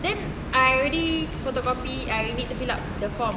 then I already photocopy I need to fill up the form